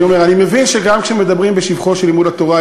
אני אומר: אני מבין שגם כשמדברים בשבחו של לימוד התורה,